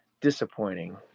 disappointing